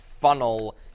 funnel